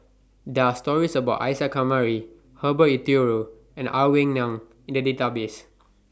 There Are stories about Isa Kamari Herbert Eleuterio and Ang Wei Neng in The Database